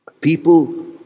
people